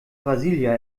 brasília